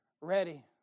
ready